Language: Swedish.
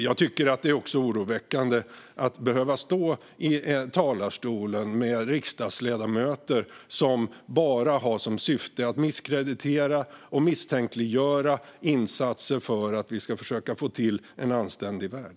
Jag tycker att det är oroväckande att behöva stå i en talarstol och möta riksdagsledamöter som bara har som syfte att misskreditera och misstänkliggöra insatser för att försöka få till en anständig värld.